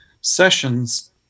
sessions